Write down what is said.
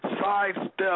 sidestep